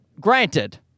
granted